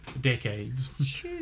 decades